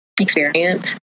experience